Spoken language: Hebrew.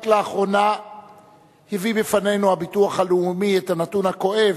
רק לאחרונה הביא בפנינו הביטוח הלאומי את הנתון הכואב,